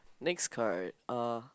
next card uh